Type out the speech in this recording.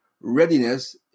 readiness